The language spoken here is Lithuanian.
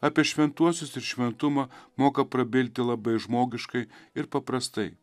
apie šventuosius ir šventumą moka prabilti labai žmogiškai ir paprastai